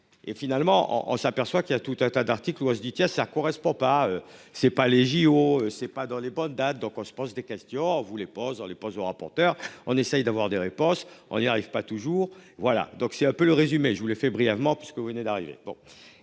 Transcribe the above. et finalement on s'aperçoit qu'il y a tout un tas d'articles ou on se dit tiens, ça correspond pas, c'est pas les JO c'est pas dans les bonnes dates, donc on se pose des questions vous les pose dans les poste de rapporteur. On essaie d'avoir des réponses on n'y arrive pas toujours, voilà donc c'est un peu le résumé, je vous l'ai fait brièvement puisque vous venez d'arriver.